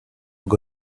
were